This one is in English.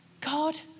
God